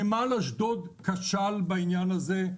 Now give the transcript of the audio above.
נמל אשדוד כשל בעניין הזה,